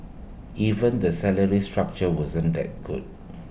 even the salary structure wasn't that good